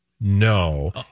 No